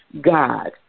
God